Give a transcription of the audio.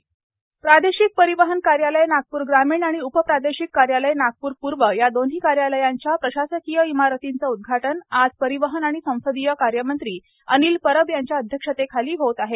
प्रादेशिक परिवहन कार्यालय प्रादेशिक परिवहन कार्यालय नागपूर ग्रामीण आणि उपप्रादेशिक कार्यालय नागपूर पूर्व या दोन्ही कार्यालयाच्या प्रशासकीय इमारतीचे उद्घाटन आज परिवहन आणि संसदीय कार्यमंत्री अनिल परब यांच्या अध्यक्षतेखाली होणार आहे